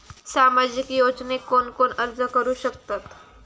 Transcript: सामाजिक योजनेक कोण कोण अर्ज करू शकतत?